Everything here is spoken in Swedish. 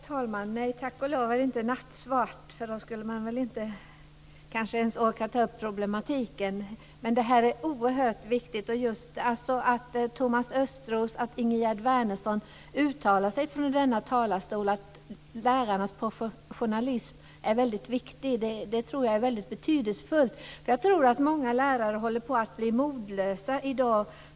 Herr talman! Nej, tack och lov är det inte nattsvart. Då skulle man kanske inte ens orka ta upp problematiken. Det är oerhört viktigt att Thomas Östros och Ingegerd Wärnersson uttalar från denna talarstol att lärarnas professionalism är väldigt viktig. Det är mycket betydelsefullt. Jag tror att många lärare håller på att bli modlösa i dag.